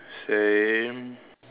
same